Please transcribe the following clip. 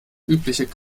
übliche